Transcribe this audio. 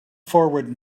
forward